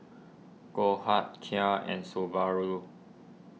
Goldheart Kia and Subaru